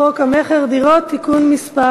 חוק המכר (דירות) (תיקון מס'